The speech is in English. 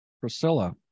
Priscilla